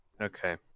Okay